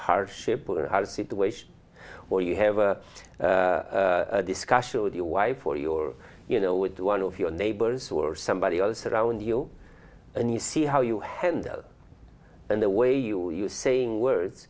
hardship or house situation or you have a discussion with your wife or your you know with one of your neighbors or somebody else around you and you see how you handle and the way you are you saying words